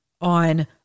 on